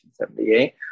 1978